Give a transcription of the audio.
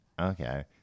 Okay